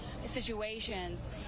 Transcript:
situations